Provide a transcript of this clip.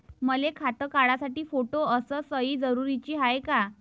मले खातं काढासाठी फोटो अस सयी जरुरीची हाय का?